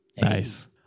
Nice